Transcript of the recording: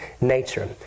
nature